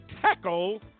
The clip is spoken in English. tackle